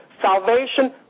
salvation